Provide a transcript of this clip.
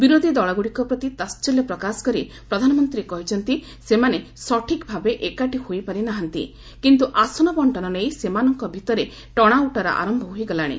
ବିରୋଧୀ ଦଳଗୁଡ଼ିକ ପ୍ରତି ତାହଲ୍ୟ ପ୍ରକାଶ କରି ପ୍ରଧାନମନ୍ତ୍ରୀ କହିଛନ୍ତି ସେମାନେ ସଠିକ୍ ଭାବେ ଏକାଠି ହୋଇପାରି ନାହାନ୍ତି କିନ୍ତୁ ଆସନ ବଙ୍କନ ନେଇ ସେମାନଙ୍କ ଭିତରେ ଟଣାଓଟରା ଆରମ୍ଭ ହୋଇଗଲାଣି